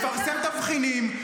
לפרסם תבחינים,